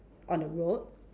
on the road